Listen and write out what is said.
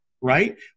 right